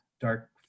Dark